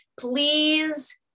please